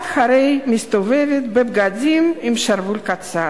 את הרי מסתובבת בבגדים עם שרוול קצר.